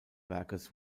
werkes